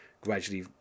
gradually